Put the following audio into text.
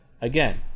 again